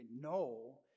no